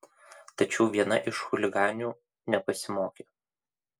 tačiau viena iš chuliganių nepasimokė